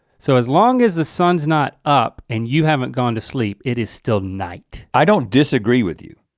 so as long as the sun's not up and you haven't gone to sleep, it is still night. i don't disagree with you,